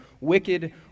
wicked